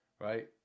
right